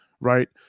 Right